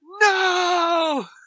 No